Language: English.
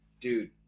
Dude